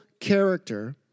character